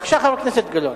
בבקשה, חבר הכנסת גילאון.